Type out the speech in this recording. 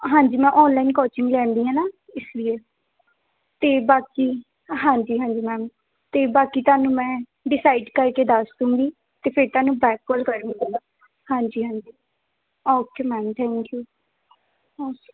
ਹਾਂਜੀ ਮੈਂ online coaching ਲੈਂਦੀ ਹੈ ਨਾ ਇਸ ਲੀਏ ਅਤੇ ਬਾਕੀ ਹਾਂਜੀ ਹਾਂਜੀ ਮੈਮ ਅਤੇ ਬਾਕੀ ਤੁਹਾਨੂੰ ਮੈਂ ਡਿਸਾਈਡ ਕਰਕੇ ਦੱਸ ਦੂੰਗੀ ਅਤੇ ਫਿਰ ਤੁਹਾਨੂੰ ਬੈਕ ਕਾਲ ਕਰੂੰਗੀ ਹਾਂਜੀ ਹਾਂਜੀ okay ma'am thank you okay